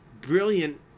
brilliant